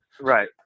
Right